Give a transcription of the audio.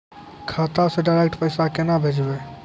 खाता से डायरेक्ट पैसा केना भेजबै?